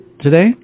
today